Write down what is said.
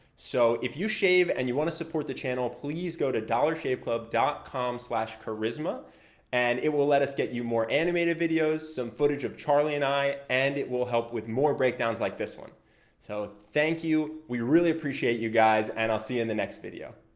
so if you shave and you want to support the channel, please go to dollarshaveclub dot com slash charisma and it will let us get you more animated videos, some footage of charlie and i and it will help with more breakdowns like this one so thank you, we really appreciate you guys, and i'll see you in the next video.